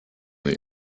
the